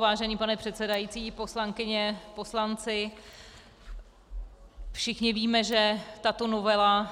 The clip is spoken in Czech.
Vážený pane předsedající, poslankyně, poslanci, všichni víme, že tato novela